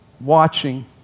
watching